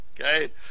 Okay